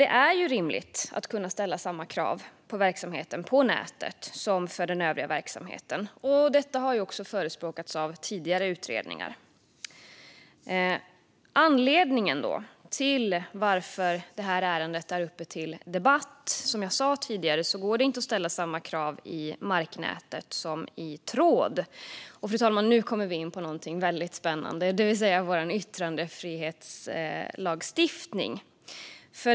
Det är rimligt att kunna ställa samma krav på verksamheten på nätet som för den övriga verksamheten, och detta har också förespråkats av tidigare utredningar. Anledningen till att ärendet är uppe till debatt är att det inte går att ställa samma krav i marknätet som i tråd. Och nu, fru talman, kommer vi in på något mycket spännande, det vill säga vår yttrandefrihetslagstiftning.